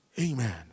Amen